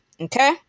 Okay